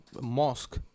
mosque